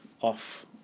off